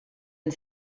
and